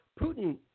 Putin